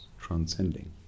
transcending